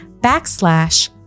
backslash